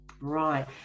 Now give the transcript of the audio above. Right